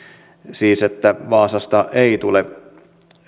siis miksi vaasasta ei tule